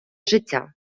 життя